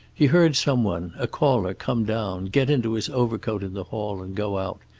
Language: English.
he heard some one, a caller, come down, get into his overcoat in the hall and go out,